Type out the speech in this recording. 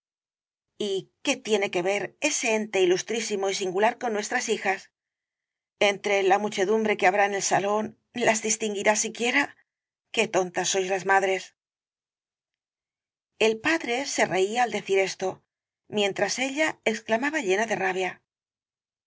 y qué tiene que ver ese ente ilustrísimo y singular con nuestras hijas entre la muchedumbre que habrá en el salón las distinguirá siquiera qué tontas sois las madres el padre se reía al decir esto mientras ella exclamaba llena de rabia